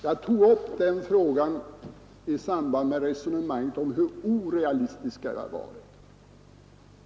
Jag tog upp den frågan i samband med resonemanget om hur orealistiska vi har varit.